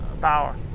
power